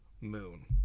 moon